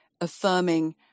affirming